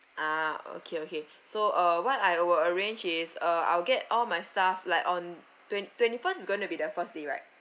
ah okay okay so uh what I will arrange is uh I will get all my staff like on twen~ twenty-first is going to be the first day right